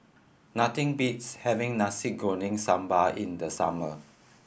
nothing beats having Nasi Goreng Sambal in the summer